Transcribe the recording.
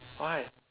why